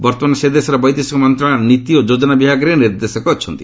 ବର୍ତ୍ତମାନ ସେ ଦେଶର ବୈଦେଶିକ ମନ୍ତଶାଳୟ ନୀତି ଓ ଯୋଜନା ବିଭାଗରେ ନିର୍ଦ୍ଦେଶକ ଅଛନ୍ତି